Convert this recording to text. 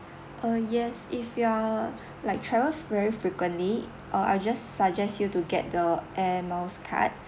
uh yes if you're like travel very frequently uh I'll just suggest you to get the air miles card